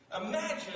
Imagine